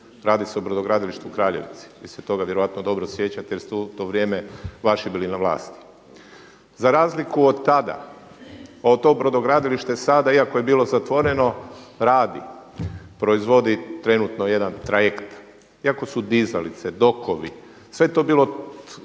Radi se o brodogradilištu u Kraljevici. Vi se toga vjerojatno dobro sjećate jer su u to vrijeme vaši bili na vlasti. Za razliku od tada to brodogradilište sada iako je bilo zatvoreno radi, proizvodi trenutno jedan trajekt iako su dizalice, dokovi sve je to bilo